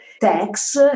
tax